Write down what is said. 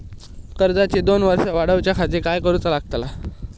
कर्जाची दोन वर्सा वाढवच्याखाती काय करुचा पडताला?